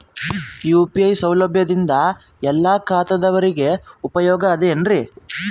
UPI ಸೌಲಭ್ಯದಿಂದ ಎಲ್ಲಾ ಖಾತಾದಾವರಿಗ ಉಪಯೋಗ ಅದ ಏನ್ರಿ?